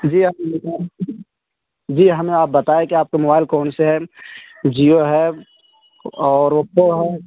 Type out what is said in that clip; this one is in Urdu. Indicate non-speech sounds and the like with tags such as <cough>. جی <unintelligible> جی ہمیں آپ بتائے کہ آپ کا موبائل کون سے ہے جیو ہے اور اوپپو ہے